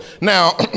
Now